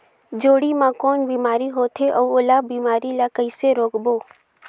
जोणी मा कौन बीमारी होथे अउ ओला बीमारी ला कइसे रोकबो?